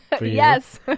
yes